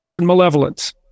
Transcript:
Malevolence